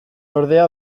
ordea